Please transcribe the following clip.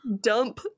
Dump